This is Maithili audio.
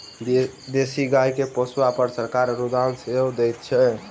देशी गाय के पोसअ पर सरकार अनुदान सेहो दैत छै